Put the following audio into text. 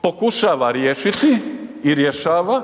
pokušava riješiti i rješava